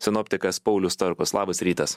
sinoptikas paulius starkus labas rytas